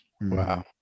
wow